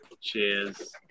Cheers